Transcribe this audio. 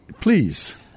Please